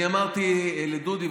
אני אמרתי לדודי,